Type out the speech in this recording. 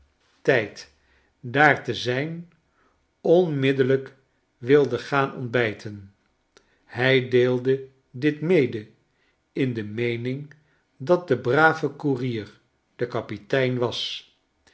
tijd daar te zijn onmiddellijk wilde gaan ontbijten hij deelde dit mede in de meening dat de brave koerier de kapitein was